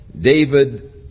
David